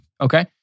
Okay